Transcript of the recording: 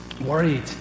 worried